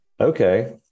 Okay